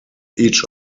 each